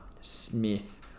Smith